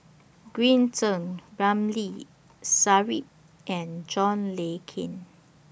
Green Zeng Ramli Sarip and John Le Cain